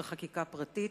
בחקיקה פרטית.